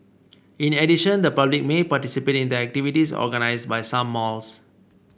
in addition the public may participate in the activities organised by some malls